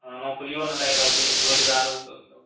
हँ नौकरियो नहि लागि रहल छै रोजगारोके